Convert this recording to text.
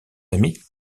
amis